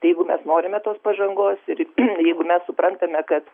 tai jeigu mes norime tos pažangos ir jeigu mes suprantame kad